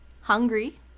hungry